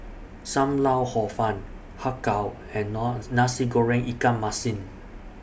SAM Lau Hor Fun Har Kow and Nasi Goreng Ikan Masin